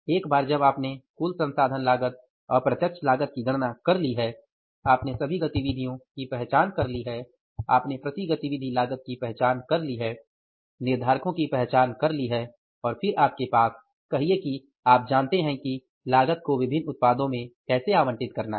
एक बार जब आपने कुल संसाधन लागत अप्रत्यक्ष लागत की गणना कर ली है आपने सभी गतिविधियों की पहचान कर ली है आपने प्रति गतिविधि लागत की पहचान कर ली है निर्धारकों की पहचान कर ली है और फिर आपके पास कहिये कि आप जानते हैं कि लागत को विभिन्न उत्पादों में कैसे आवंटित करना है